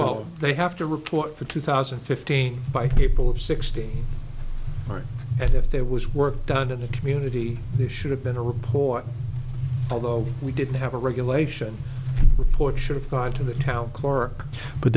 little they have to report for two thousand and fifteen by people of sixteen right and if there was work done in the community there should have been a report although we didn't have a regulation report should have gone to the town clerk but